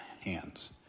hands